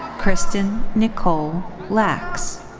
kristin nichole lax.